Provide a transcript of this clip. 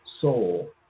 soul